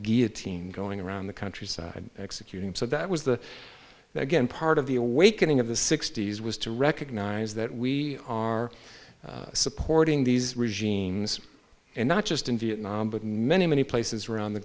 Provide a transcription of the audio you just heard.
good team going around the countryside executing so that was the that again part of the awakening of the sixty's was to recognize that we are supporting these regimes and not just in vietnam but many many places around the